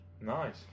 nice